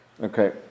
okay